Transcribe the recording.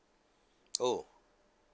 oh